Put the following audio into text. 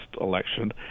election